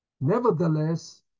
nevertheless